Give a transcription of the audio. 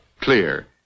clear